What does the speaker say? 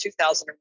2001